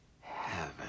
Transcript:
heaven